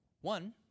One